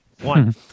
one